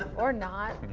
or not.